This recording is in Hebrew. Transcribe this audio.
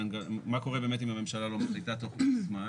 מה קורה באמת אם הממשלה לא מחליטה תוך פרק זמן.